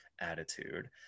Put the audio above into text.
attitude